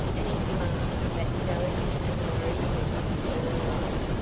and his ma that delicate and worried living all alone,